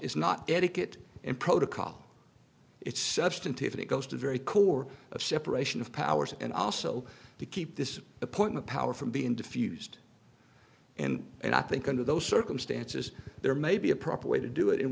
is not etiquette in protocol it's substantive and it goes to a very core of separation of powers and also to keep this appointment power from being diffused and and i think under those circumstances there may be a proper way to do it in